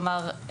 כלומר,